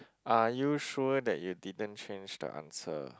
are you sure that you didn't change the answer